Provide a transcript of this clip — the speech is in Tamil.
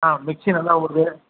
ஆ மிக்ஸி நல்லா ஓடுது